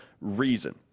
reason